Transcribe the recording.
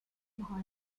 maha